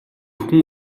хүн